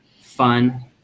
fun